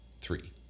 three